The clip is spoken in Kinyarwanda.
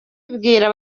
ibwira